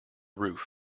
roof